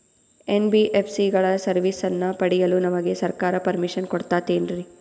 NBSC ಗಳ ಸರ್ವಿಸನ್ನ ಪಡಿಯಲು ನಮಗೆ ಸರ್ಕಾರ ಪರ್ಮಿಷನ್ ಕೊಡ್ತಾತೇನ್ರೀ?